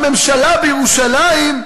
הממשלה בירושלים,